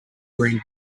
green